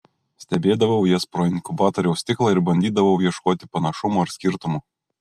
stebėdavau jas pro inkubatoriaus stiklą ir bandydavau ieškoti panašumų ar skirtumų